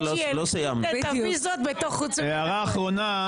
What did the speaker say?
הערה אחרונה.